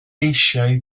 eisiau